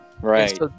right